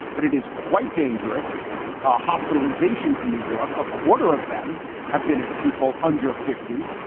but it is quite dangerous ah hospitalisations in new york. a quarter of them have been of people under fifty.